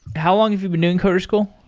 how long have you've been doing coder school?